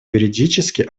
юридически